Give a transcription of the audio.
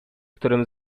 którym